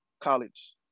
college